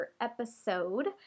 episode